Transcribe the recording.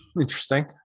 Interesting